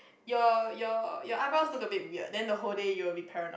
your your your eyebrows looked a bit weird then the whole day you will be paranoid